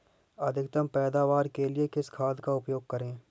अधिकतम पैदावार के लिए किस खाद का उपयोग करें?